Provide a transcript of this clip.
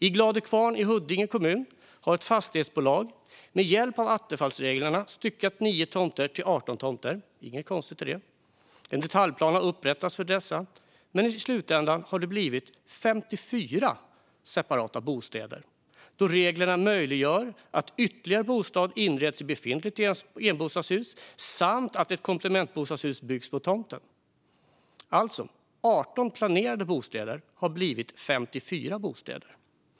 I Gladö kvarn i Huddinge kommun har ett fastighetsbolag med hjälp av attefallsreglerna styckat av 9 tomter till 18 tomter. Det är inget konstigt med det. En detaljplan har upprättats för dessa, men i slutändan har det blivit 54 separata bostäder, då reglerna möjliggör att ytterligare bostad inreds i befintligt enbostadshus samt att ett komplementbostadshus byggs på tomten. Av 18 planerade bostäder har det alltså blivit 54 bostäder.